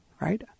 right